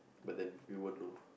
but then we won't know